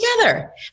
together